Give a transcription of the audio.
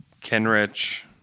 Kenrich